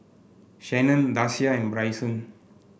Shanon Dasia and Bryson